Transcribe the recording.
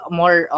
more